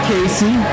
Casey